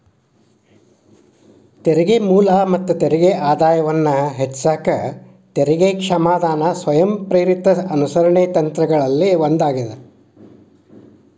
ತೆರಿಗೆ ಮೂಲ ಮತ್ತ ತೆರಿಗೆ ಆದಾಯವನ್ನ ಹೆಚ್ಚಿಸಕ ತೆರಿಗೆ ಕ್ಷಮಾದಾನ ಸ್ವಯಂಪ್ರೇರಿತ ಅನುಸರಣೆ ತಂತ್ರಗಳಲ್ಲಿ ಒಂದಾಗ್ಯದ